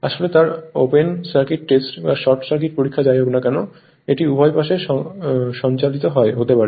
আসলে তার open circuit test বা শর্ট সার্কিট পরীক্ষা যাই হোক না কেন এটি উভয় পাশে সঞ্চালিত হতে পারে